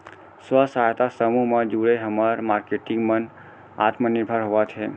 स्व सहायता समूह म जुड़े हमर मारकेटिंग मन आत्मनिरभर होवत हे